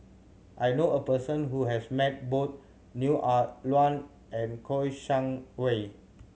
I know a person who has met both Neo Ah Luan and Kouo Shang Wei